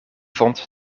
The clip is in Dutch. vond